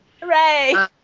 Hooray